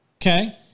Okay